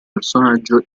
personaggio